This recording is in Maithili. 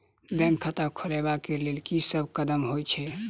बैंक खाता खोलबाबै केँ लेल की सब कदम होइ हय?